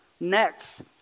Next